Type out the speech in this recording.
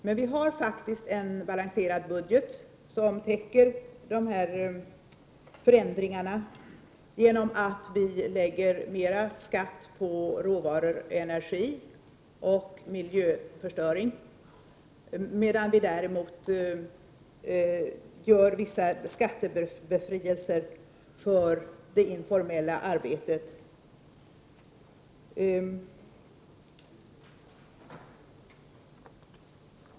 Men vi har faktiskt en balanserad budget som täcker dessa förändringar genom att vi lägger mer skatt på råvaror, energi och miljöförstöring, medan vi däremot gör vissa skattebefrielser för det informella arbetet.